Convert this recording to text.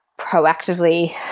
proactively